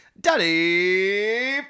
daddy